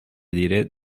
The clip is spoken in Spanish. diré